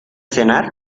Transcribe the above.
cenar